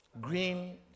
green